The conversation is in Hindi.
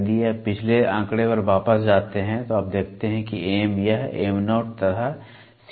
यदि आप पिछले आंकड़े पर वापस जाते हैं तो आप देखते हैं कि M यह Mo तथा Co है